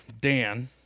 Dan